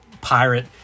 pirate